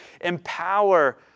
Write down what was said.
empower